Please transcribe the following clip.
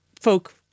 folk